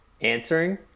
answering